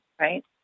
right